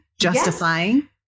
justifying